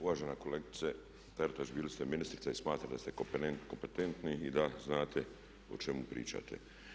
Uvažena kolegice Taritaš, bili ste ministrica i smatram da ste kompetentni i da znate o čemu pričate.